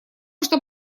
что